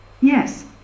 Yes